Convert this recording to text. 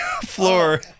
floor